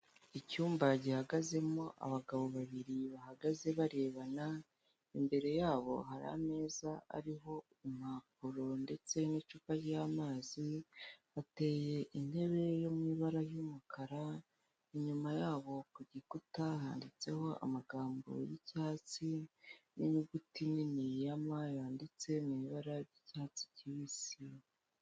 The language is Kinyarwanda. Icyumba gihagazemo abagabo babiri bahagaze barebana, imbere yabo hari ameza ariho impapuro ndetse n'icupa ry'amazi, bateye intebe yo mu ibara ry'umukara, inyuma yabo ku gikuta handitseho amagambo y'icyatsi n'inyuguti nini ya ma yanditse mu ibara ry'icyatsi kibisi.